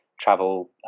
travel